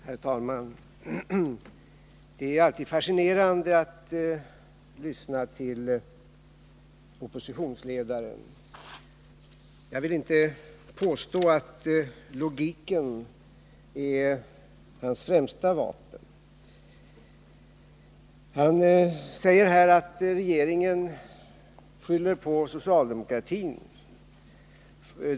Herr talman! Det är alltid fascinerande att lyssna till oppositionsledaren. Jag vill inte påstå att logik är hans främsta vapen. Han säger här att regeringen skyller på socialdemokratin.